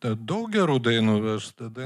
da daug gerų dainų aš tada